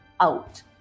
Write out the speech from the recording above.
out